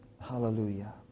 Hallelujah